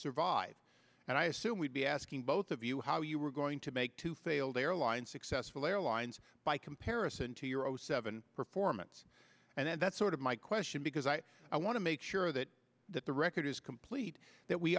survive and i assume we'd be asking both of you how you were going to make two failed airline successful airlines by comparison to your zero seven performance and that's sort of my question because i want to make sure that that the record is complete that we